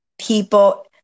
People